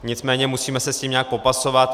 Nicméně musíme se s tím nějak popasovat.